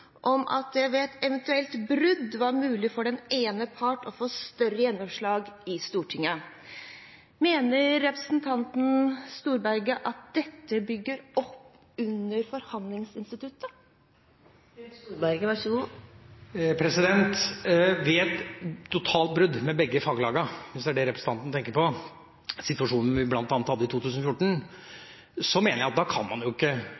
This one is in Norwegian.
om at det ved et eventuelt brudd var mulig for den ene part å få større gjennomslag i Stortinget. Mener representanten Storberget at dette bygger opp under forhandlingsinstituttet? Ved et totalt brudd med begge faglagene – hvis det er det representanten tenker på, situasjonen vi bl.a. hadde i 2014 – mener jeg at man ikke kan